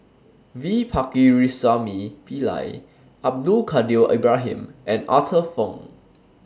V Pakirisamy Pillai Abdul Kadir Ibrahim and Arthur Fong